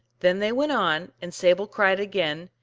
then they went on, and sable cried again,